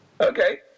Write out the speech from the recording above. okay